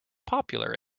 popular